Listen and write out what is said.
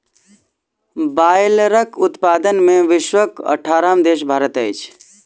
बायलरक उत्पादन मे विश्वक अठारहम देश भारत अछि